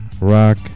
rock